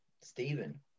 Stephen